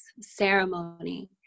ceremony